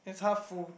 it's half full